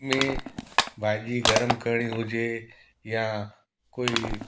में भाॼी गर्म करिणी हुजे या कोई